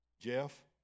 Jeff